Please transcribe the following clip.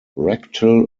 rectal